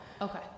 Okay